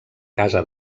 casa